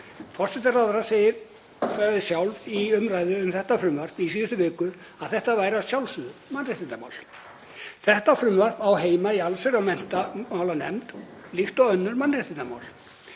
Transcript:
Forsætisráðherra sagði sjálf í umræðu um þetta frumvarp í síðustu viku að þetta væri að sjálfsögðu mannréttindamál. Þetta frumvarp á heima í allsherjar- og menntamálanefnd líkt og önnur mannréttindamál.